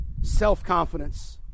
self-confidence